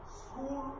school